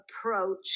approach